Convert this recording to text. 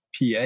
PA